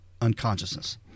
unconsciousness